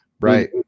Right